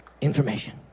information